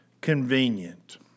convenient